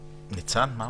זה לשיקולך.